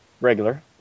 regular